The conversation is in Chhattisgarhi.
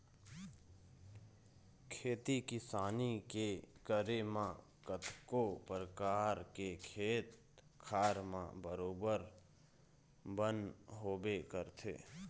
खेती किसानी के करे म कतको परकार के खेत खार म बरोबर बन होबे करथे